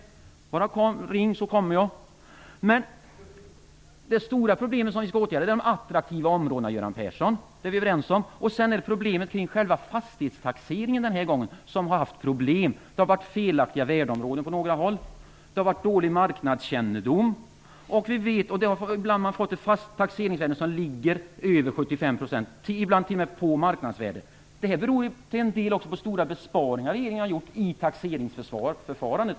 Bara ring, så kommer jag. Men det stora problemet som vi skall åtgärda är ju fastighetsskatterna i de attraktiva områdena, Göran Persson. Det är vi överens om. Sedan är det problemet kring själva fastighetstaxeringen, som nu är aktuellt. Det har förekommit felaktiga värdeområden på några håll, och marknadskännedomen har varit dålig. Ibland har taxeringsvärdena legat över 75 %, och det har ibland t.o.m. gällt marknadsvärdena. Detta beror ju till en del också på de stora besparingar som regeringen har genomfört i taxeringsförfarandet.